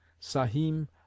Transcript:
Sahim